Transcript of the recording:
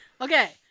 Okay